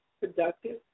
productive